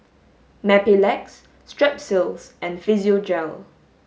Mepilex Strepsils and Physiogel